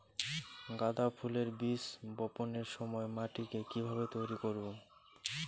গাদা ফুলের বীজ বপনের সময় মাটিকে কিভাবে তৈরি করব?